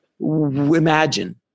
imagine